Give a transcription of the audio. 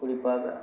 குறிப்பாக